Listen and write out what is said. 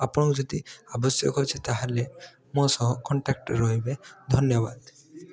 ଆପଣଙ୍କୁ ଯଦି ଆବଶ୍ୟକ ଅଛି ତାହାଲେ ମୋ ସହ କଣ୍ଟାକ୍ଟରେ ରହିବେ ଧନ୍ୟବାଦ